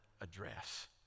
address